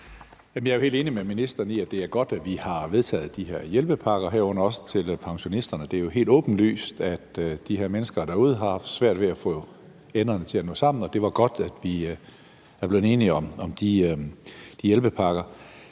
jeg jo helt enig med ministeren i, at det er godt, at vi har vedtaget de her hjælpepakker, herunder også til pensionisterne. Det er jo helt åbenlyst, at de her mennesker derude har haft svært ved at få enderne til at nå sammen, og det var godt, at vi blev enige om de hjælpepakker.